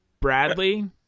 Bradley